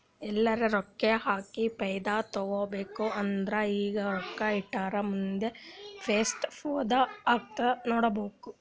ಎಲ್ಲರೆ ರೊಕ್ಕಾ ಹಾಕಿ ಫೈದಾ ತೆಕ್ಕೋಬೇಕ್ ಅಂದುರ್ ಈಗ ರೊಕ್ಕಾ ಇಟ್ಟುರ್ ಮುಂದ್ ಎಸ್ಟ್ ಫೈದಾ ಆತ್ತುದ್ ನೋಡ್ಬೇಕ್